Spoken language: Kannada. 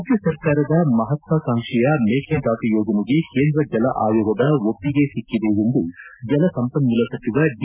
ರಾಜ್ವ ಸರ್ಕಾರದ ಮಹತ್ವಾಕಾಂಕ್ಷಿಯ ಮೇಕೆದಾಟು ಯೋಜನೆಗೆ ಕೇಂದ್ರ ಜಲ ಆಯೋಗದ ಒಪ್ಪಿಗೆ ಸಿಕ್ಕಿದೆ ಎಂದು ಜಲ ಸಂಪನ್ನೂಲ ಸಚಿವ ಡಿ